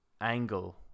angle